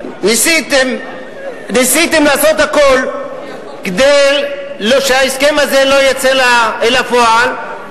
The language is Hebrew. ניסיתם לעשות הכול כדי שההסכם הזה לא יצא אל הפועל,